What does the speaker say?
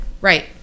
Right